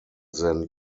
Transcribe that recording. than